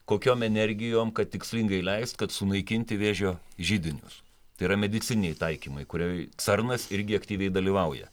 kokiom energijom kad tikslingai leist kad sunaikinti vėžio židinius tai yra medicininiai taikymai kurioj cernas irgi aktyviai dalyvauja